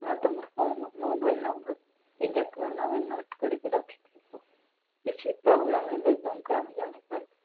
ଆଉ ତୁମର phone mobile number ଏହି ଯାକ ନୋ ନୋଟ୍ କରିକି ରଖିଥିବୁ କିଛି ପ୍ରୋବ୍ଲେମ୍ ହେଲେ ତୁମକୁ ଆମେ ଜଣାଇ ପାରିବୁ